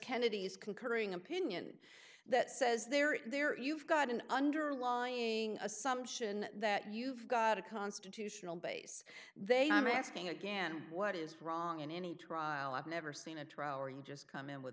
kennedy's concurring opinion that says there is there you've got an underlying assumption that you've got a constitutional base they i'm asking again what is wrong in any trial i've never seen a trial or you just come in with